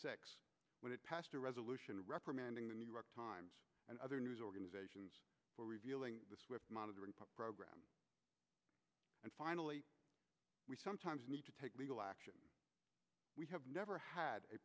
six when it passed a resolution reprimanding the new york times and other news organizations for revealing monitoring program and finally we sometimes need to take legal action we have never had a